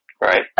Right